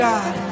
God